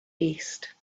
east